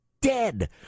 Dead